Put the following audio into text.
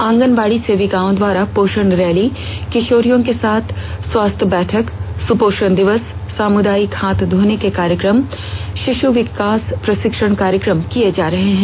आंगनबाड़ी सेविकाओं द्वारा पोषण रैली किशोरियों के साथ स्वास्थ्य बैठक सुपोषण दिवस सामुदायिक हाथ धोने के कार्यक्रम शिश् विकास प्रशिक्षण कार्य किये जा रहे हैं